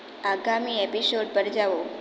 આગામી એપિસોડ પર જાઓ